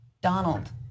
Donald